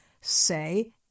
say